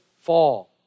fall